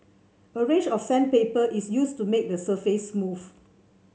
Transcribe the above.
a range of sandpaper is used to make the surface smooth